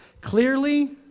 clearly